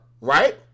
right